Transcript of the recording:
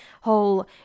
whole